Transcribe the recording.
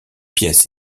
pièces